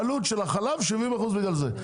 העלות של החלב זה 70% בגלל זה,